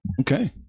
okay